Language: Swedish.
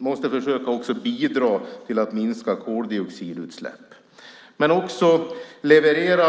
Man måste också försöka att bidra till att minska koldioxidutsläppen, men också att leverera